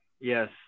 yes